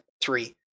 three